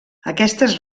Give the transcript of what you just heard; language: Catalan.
aquestes